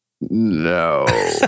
No